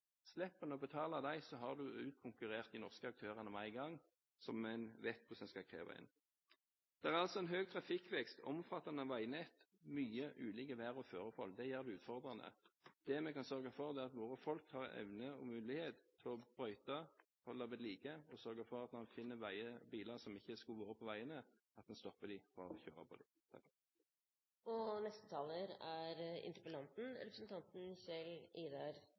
de norske aktørene med en gang, som man jo vet hvordan man skal kreve inn penger fra. Det er høy trafikkvekst, et omfattende veinett og mange ulike vær- og føreforhold. Det gjør det utfordrende. Det vi kan sørge for, er at våre folk har evne og mulighet til å brøyte og holde ved like veiene, og at man finner og stopper de bilene som ikke skulle vært på veiene, fra å kjøre på dem. Jeg takker ministeren for svaret, og